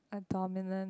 a dominant